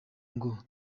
ngo